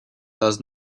does